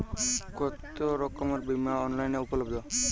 কতোরকমের বিমা অনলাইনে উপলব্ধ?